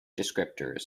descriptors